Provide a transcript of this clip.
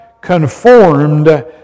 conformed